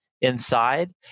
inside